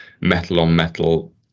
metal-on-metal